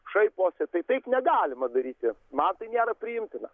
šaiposi tai taip negalima daryti man tai nėra priimtina